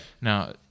Now